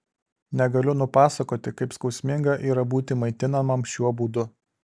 negaliu nupasakoti kaip skausminga yra būti maitinamam šiuo būdu